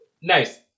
Nice